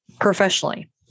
professionally